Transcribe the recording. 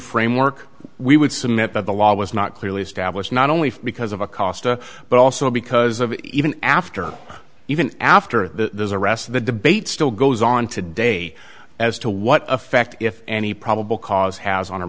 framework we would submit that the law was not clearly established not only because of acosta but also because of even after even after the arrest the debate still goes on today as to what effect if any probable cause has on a